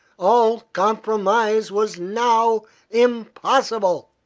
all compromise was now impossible!